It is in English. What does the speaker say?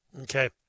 Okay